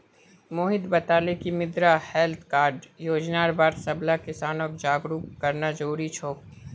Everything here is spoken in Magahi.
मोहित बताले कि मृदा हैल्थ कार्ड योजनार बार सबला किसानक जागरूक करना जरूरी छोक